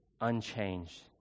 unchanged